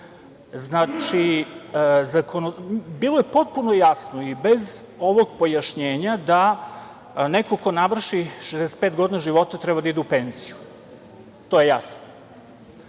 bilo je potpuno jasno, i bez ovog pojašnjenja, da neko ko navrši 65 godina života treba da ide u penziju. To je jasno.